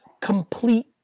complete